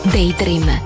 Daydream